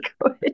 good